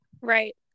right